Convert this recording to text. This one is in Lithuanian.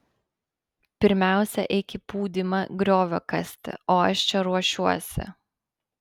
pirmiausia eik į pūdymą griovio kasti o aš čia ruošiuosi